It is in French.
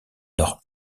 nord